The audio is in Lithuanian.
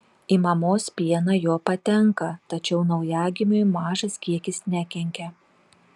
į mamos pieną jo patenka tačiau naujagimiui mažas kiekis nekenkia